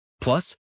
Plus